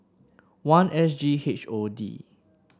one S G H O D